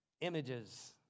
images